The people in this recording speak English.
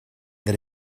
that